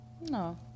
No